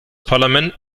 parlament